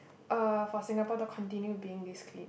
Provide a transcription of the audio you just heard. uh for Singapore to continue being this clean